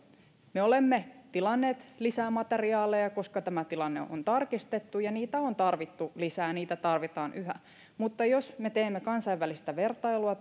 me olemme tilanneet lisää materiaaleja koska tämä tilanne on tarkistettu ja niitä on on tarvittu lisää niitä tarvitaan yhä mutta jos me teemme kansainvälistä vertailua